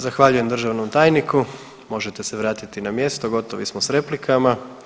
Zahvaljujem državnom tajniku, možete se vratiti na mjesto gotovi smo s replikama.